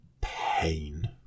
pain